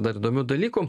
dar įdomių dalykų